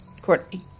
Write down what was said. Courtney